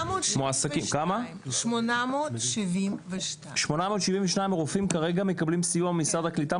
872. 872 רופאים כרגע מקבלים סיוע ממשרד הקליטה,